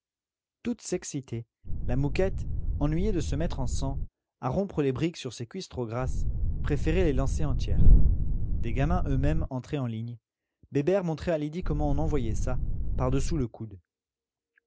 toutes s'excitaient la mouquette ennuyée de se mettre en sang à rompre les briques sur ses cuisses trop grasses préférait les lancer entières des gamins eux-mêmes entraient en ligne bébert montrait à lydie comment on envoyait ça par-dessous le coude